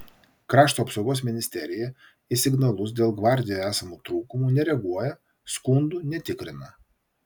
krašto apsaugos ministerija į signalus dėl gvardijoje esamų trūkumų nereaguoja skundų netikrina